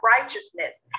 righteousness